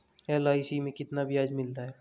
LIC में कितना ब्याज मिलता है?